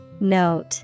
Note